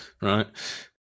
right